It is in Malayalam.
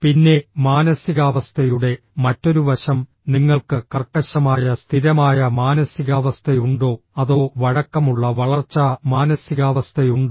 പിന്നെ മാനസികാവസ്ഥയുടെ മറ്റൊരു വശം നിങ്ങൾക്ക് കർക്കശമായ സ്ഥിരമായ മാനസികാവസ്ഥയുണ്ടോ അതോ വഴക്കമുള്ള വളർച്ചാ മാനസികാവസ്ഥയുണ്ടോ